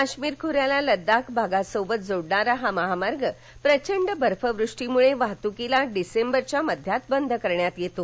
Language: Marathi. काश्मीर खोऱ्याला लडाख भागासोबत जोडणारा हा महामार्ग प्रचंड बर्फवृष्टिमुळे वाहतुकीस डिसेंबरच्या मध्यात बंद करण्यात येतो